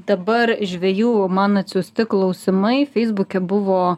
dabar žvejų man atsiųsti klausimai feisbuke buvo